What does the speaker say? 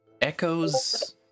echoes